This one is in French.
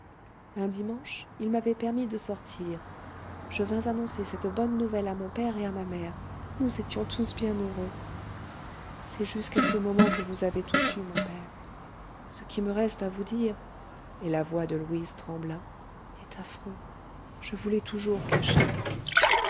un dimanche il m'avait permis de sortir je vins annoncer cette bonne nouvelle à mon père et à ma mère nous étions tous bien heureux c'est jusqu'à ce moment que vous avez tout su mon père ce qui me reste à vous dire et la voix de louise trembla est affreux je vous l'ai toujours caché